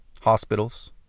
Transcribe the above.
Hospitals